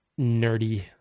nerdy